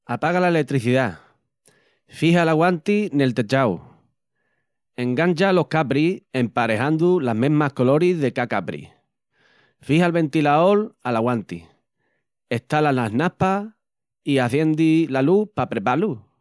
Apaga la eletricidá, fixa'l aguanti nel techau, engancha los cabris emparejandu las mesmas coloris de cá cabri, fixa'l ventilaol al aguanti, estala las naspas i aciendi la lús pa prebá-lu.